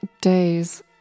days